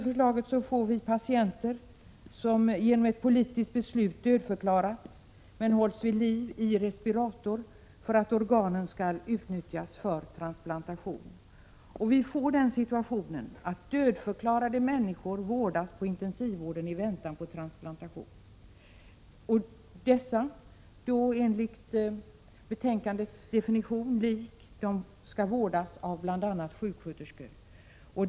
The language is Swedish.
Beslutet innebär att patienter som 6 maj 1987 dödförklaras hålls vid liv i respirator för att vissa av deras organ skall kunna Ta rt aka. utnyttjas för transplantation. Dödförklarade människor kommer att vårdas på intensivvårdsavdelningar i väntan på transplantation.